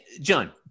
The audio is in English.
John